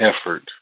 effort